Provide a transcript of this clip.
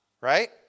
right